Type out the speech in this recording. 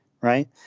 right